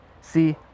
See